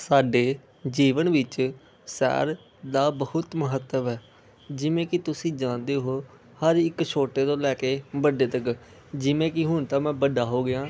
ਸਾਡੇ ਜੀਵਨ ਵਿੱਚ ਸੈਰ ਦਾ ਬਹੁਤ ਮਹੱਤਵ ਹੈ ਜਿਵੇਂ ਕਿ ਤੁਸੀਂ ਜਾਣਦੇ ਹੋ ਹਰ ਇੱਕ ਛੋਟੇ ਤੋਂ ਲੈ ਕੇ ਵੱਡੇ ਤੱਕ ਜਿਵੇਂ ਕਿ ਹੁਣ ਤਾਂ ਮੈਂ ਵੱਡਾ ਹੋ ਗਿਆ